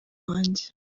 wanjye